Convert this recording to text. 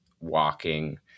walking